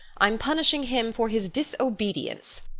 i'm punishing him for his disobedience.